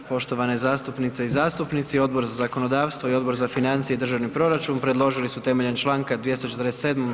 Poštovane zastupnice i zastupnici, Odbor za zakonodavstvo i Odbor za financije i državni proračun, predložili su temeljem čl. 247.